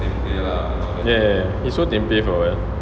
ya ya ya he sold tempeh for a while